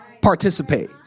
Participate